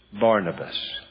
Barnabas